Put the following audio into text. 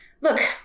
Look